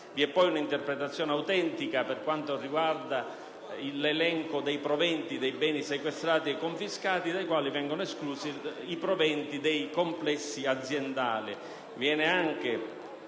Vi è poi l'interpretazione autentica per quanto riguarda l'elenco dei proventi dei beni sequestrati e confiscati, dai quali vengono esclusi i proventi dei complessi aziendali.